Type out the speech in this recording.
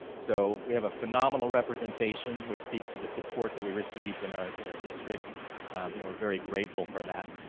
so we have a phenomenal representation which speaks to the support that we receive in our in our district and we're very grateful for that